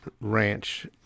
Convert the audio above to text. ranch